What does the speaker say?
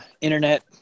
internet